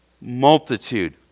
multitude